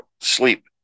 sleep